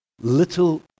little